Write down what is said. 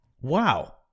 Wow